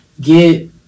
get